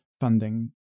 funding